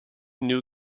new